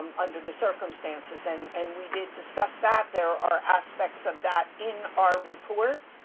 um under the circumstances. and and we did discuss that there are aspects of that in our report.